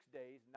days